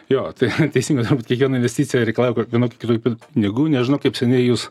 jo tai teisingai turbūt kiekviena investicija reikalauja vienokių kitokių pinigų nežinau kaip seniai jūs